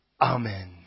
Amen